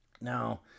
Now